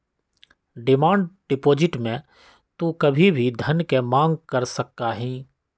demand deposit में तू कभी भी धन के मांग कर सका हीं